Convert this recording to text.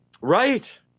Right